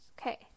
Okay